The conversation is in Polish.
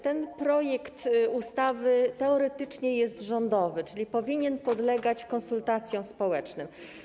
Ten projekt ustawy teoretycznie jest rządowy, czyli powinien podlegać konsultacjom społecznym.